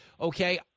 okay